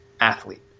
athlete